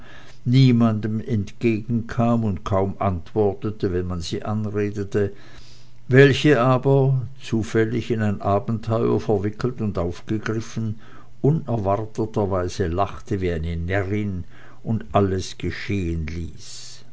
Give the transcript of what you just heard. niemandem entgegenkam und kaum antwortete wenn man sie anredete welche aber zufällig in ein abenteuer verwickelt und angegriffen unerwarteterweise lachte wie eine närrin und alles geschehen ließ